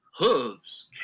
Hooves